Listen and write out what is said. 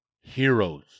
heroes